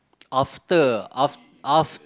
after af~ af~